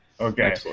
Okay